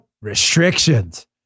restrictions